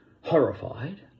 horrified